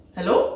Hello